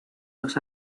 los